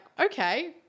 okay